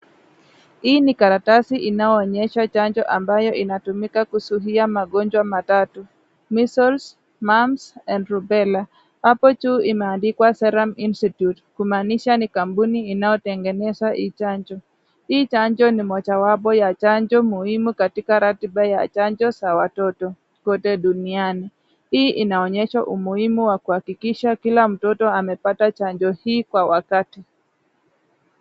Hii ni karatasi inayo onyesha chanjo ambayo inayozuia magonjwa matatu, [Measles, Mumps and Rubella]. Hapo juu imeandikwa [Ceram Institute] kumaanisha ni kampuni inayotengeneza hii chanjo. Hii chanjo ni mojawapo ya chanjo muhimu katika ratiba ya chanjo za watoto kote duniani. Hii inaonyesha umuhimu wa kuhakikisha kila mtoto amepata chanjo hii kwa wakati.